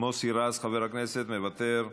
מוסי רז, חבר הכנסת, מוותר,